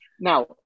Now